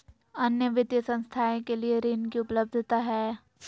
अन्य वित्तीय संस्थाएं के लिए ऋण की उपलब्धता है?